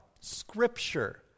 Scripture